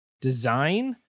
design